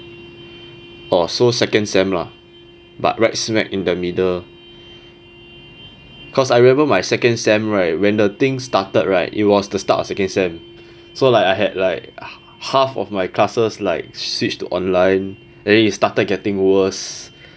orh so second sem lah but right smack in the middle cause I remember my second sem right when the thing started right it was the start of second sem so like I had like half of my classes like switch to online and then it started getting worse